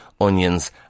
onions